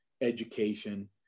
education